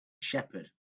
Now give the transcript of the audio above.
shepherd